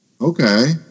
Okay